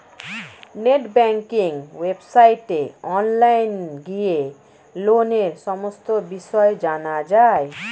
net banking ওয়েবসাইটে online গিয়ে লোনের সমস্ত বিষয় জানা যায়